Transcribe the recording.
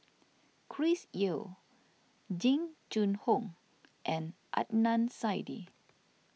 Chris Yeo Jing Jun Hong and Adnan Saidi